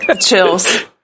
Chills